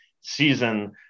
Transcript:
season